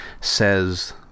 says